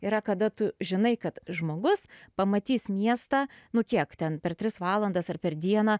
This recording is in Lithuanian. yra kada tu žinai kad žmogus pamatys miestą nu kiek ten per tris valandas ar per dieną